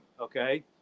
okay